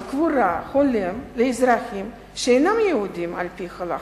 קבורה הולם לאזרחים שאינם יהודים על-פי ההלכה.